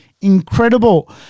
incredible